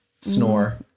snore